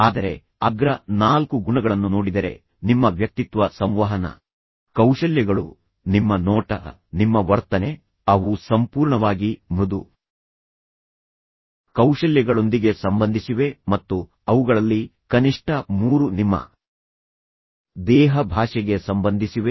ಆದರೆ ಅಗ್ರ ನಾಲ್ಕು ಗುಣಗಳನ್ನು ನೋಡಿದರೆ ನಿಮ್ಮ ವ್ಯಕ್ತಿತ್ವ ಸಂವಹನ ಕೌಶಲ್ಯಗಳು ನಿಮ್ಮ ನೋಟ ನಿಮ್ಮ ವರ್ತನೆ ಅವು ಸಂಪೂರ್ಣವಾಗಿ ಮೃದು ಕೌಶಲ್ಯಗಳೊಂದಿಗೆ ಸಂಬಂಧಿಸಿವೆ ಮತ್ತು ಅವುಗಳಲ್ಲಿ ಕನಿಷ್ಠ ಮೂರು ನಿಮ್ಮ ದೇಹ ಭಾಷೆಗೆ ಸಂಬಂಧಿಸಿವೆ